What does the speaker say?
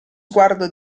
sguardo